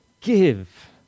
Give